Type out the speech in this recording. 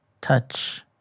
touch